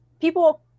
people